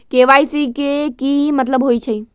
KYC के कि मतलब होइछइ?